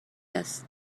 است